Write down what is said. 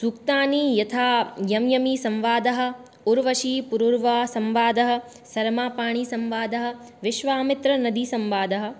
सूक्तानि यथा यम यमी संवादः उर्वशी पुरूरवा संवादः सरमा पणि संवादः विश्वामित्र नदी संवादः